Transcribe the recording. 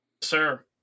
Sir